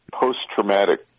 Post-traumatic